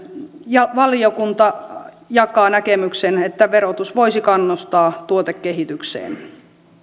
ja valiokunta jakaa näkemyksen että verotus voisi kannustaa tuotekehitykseen